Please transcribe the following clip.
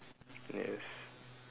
yes